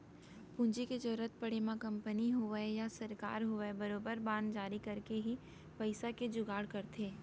पूंजी के जरुरत पड़े म कंपनी होवय या सरकार होवय बरोबर बांड जारी करके ही पइसा के जुगाड़ करथे